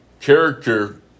character